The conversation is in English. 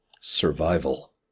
Survival